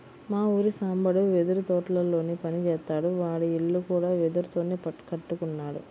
మా ఊరి సాంబడు వెదురు తోటల్లో పని జేత్తాడు, వాడి ఇల్లు కూడా వెదురుతోనే కట్టుకున్నాడు